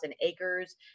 acres